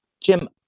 Jim